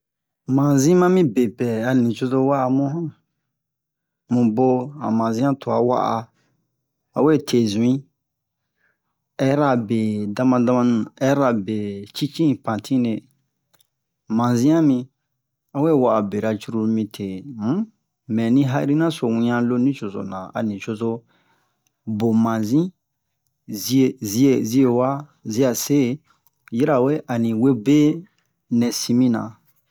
mazin mami bepɛ a nucozo wa'amu mubo an mazian tua wa'a awete zui hɛrira be damadamani hɛrira be cin cin pantine mazian mi awe wa'a bera cruru mite um mɛni ya'irinaso wian lo nucozona ani cozo bo mazin zie ziewa ziase yirawe amiwe be nɛ sin mi na